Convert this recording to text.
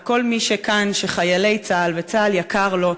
וכל מי שכאן שחיילי צה"ל וצה"ל יקרים לו,